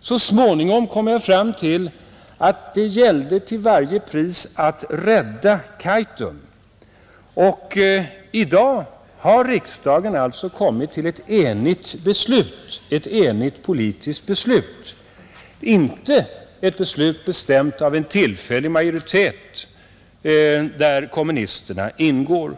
Så småningom kom jag fram till att det gällde att till varje pris rädda Kaitum. I dag har riksdagen alltså kommit till ett enigt politiskt beslut — inte ett beslut bestämt av en tillfällig majoritet där kommunisterna ingår.